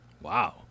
Wow